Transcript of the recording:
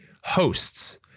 hosts